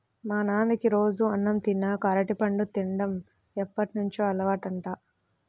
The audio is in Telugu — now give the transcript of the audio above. మా నాన్నకి రోజూ అన్నం తిన్నాక అరటిపండు తిన్డం ఎప్పటినుంచో అలవాటంట